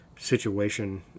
situation